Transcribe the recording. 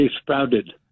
sprouted